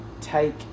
Take